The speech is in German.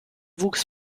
wuchs